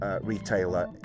retailer